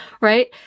right